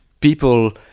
people